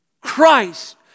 Christ